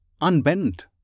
unbent